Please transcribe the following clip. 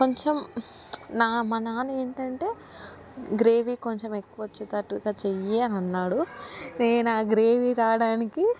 కొంచెం నా మా నాన్న ఏంటంటే గ్రేవీ కొంచెం ఎక్కువొచ్చేటట్టుగా చెయ్యీ అనన్నాడు నేనా గ్రేవీ రావడానికి